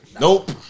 Nope